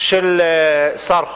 של שר החוץ.